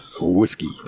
whiskey